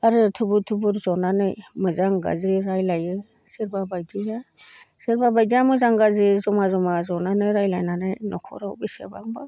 आरो थुबुर थुबुर जनानै मोजां गाज्रि रायज्लायो सोरबा बायदिया सोरबा बायदिया मोजां गाज्रि जमा जमा जनानै रायज्लायनानै न'खराव बेसेबांबा